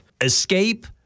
escape